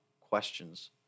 questions